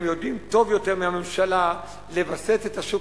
הם יודעים טוב יותר מהממשלה לווסת את השוק